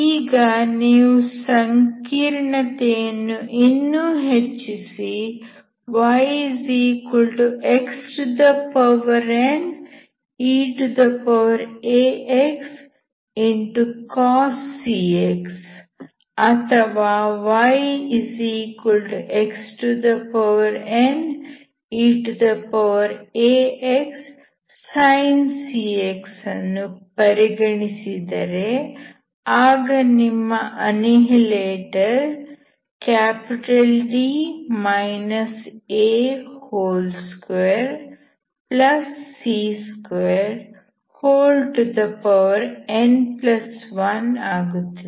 ಈಗ ನೀವು ಸಂಕೀರ್ಣತೆಯನ್ನು ಇನ್ನು ಹೆಚ್ಚಿಸಿ yxneaxcos cx ಅಥವಾ yxneaxsin cx ಅನ್ನು ಪರಿಗಣಿಸಿದರೆ ಆಗ ನಿಮ್ಮ ಅನ್ನಿಹಿಲೇಟರ್D a2c2n1 ಆಗುತ್ತದೆ